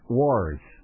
wars